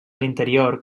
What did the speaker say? l’interior